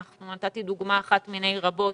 נתתי דוגמה אחת מני רבות